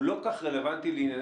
הוא לא כל כך רלוונטי לעינינו,